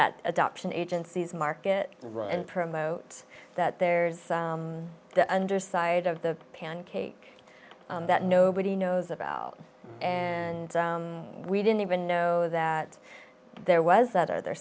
that adoption agencies market and promote that there's the underside of the pancake that nobody knows about and we didn't even know that there was that